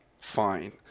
Fine